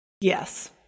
yes